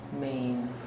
main